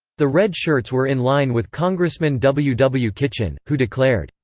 the red shirts were in line with congressman w. w. kitchin, who declared,